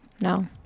No